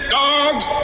dogs